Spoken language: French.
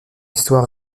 histoire